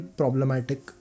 problematic